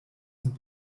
dem